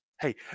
Hey